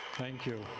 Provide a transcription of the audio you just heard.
thank you.